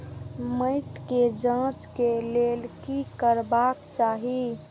मैट के जांच के लेल कि करबाक चाही?